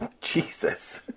Jesus